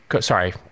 Sorry